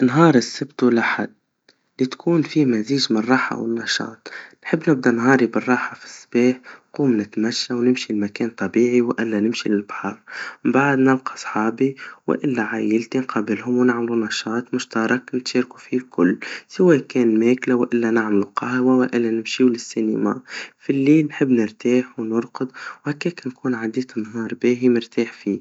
نهار السبت والاحد, بتكون فيه مزيج مالراحا والنشاط, نحب نبدا نهاري بالراحا في الصباح, نقوم نتمشى ونمشي لمكان طبيعي, وإلا نمشي للبحر, من بعد نلقى صحابي وإلا عايلتي نقابلهم ونعملوا نشاط مشتركك نشاركوا فيه الكل, سوا كان ماكلا وإلا نعملوا قهوا وإلا نمشيوا للسينيما, في الليل نحب نرتاح ونرقد, وهكاكا نكون عديت نهار باهي مرتاح فيه.